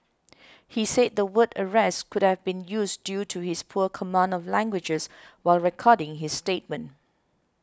he said the word arrest could have been used due to his poor command of languages while recording his statement